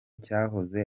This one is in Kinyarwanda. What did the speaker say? cyahoze